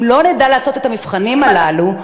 אם לא נדע לעשות את המבחנים הללו,